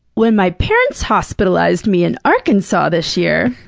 when my parents hospitalized me in arkansas this year,